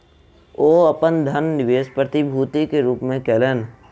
ओ अपन धन निवेश प्रतिभूति के रूप में कयलैन